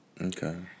Okay